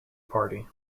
party